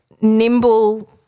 nimble